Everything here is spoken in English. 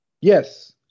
Yes